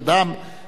תודה רבה.